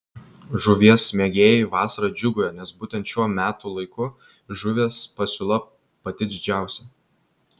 žuvies mėgėjai vasarą džiūgauja nes būtent šiuo metų laiku žuvies pasiūla pati didžiausia